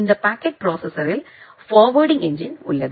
இந்த பாக்கெட் ப்ரோசெசர்யில் forwarding engine உள்ளது